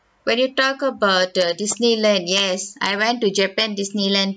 when you talk about err disneyland yes I went to japan disneyland